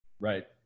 Right